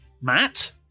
Matt